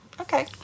okay